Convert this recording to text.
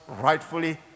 rightfully